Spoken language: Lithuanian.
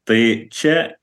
tai čia